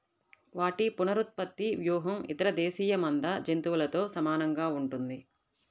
వాటి పునరుత్పత్తి వ్యూహం ఇతర దేశీయ మంద జంతువులతో సమానంగా ఉంటుంది